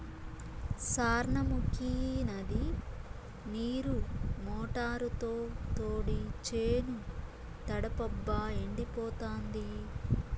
సార్నముకీ నది నీరు మోటారుతో తోడి చేను తడపబ్బా ఎండిపోతాంది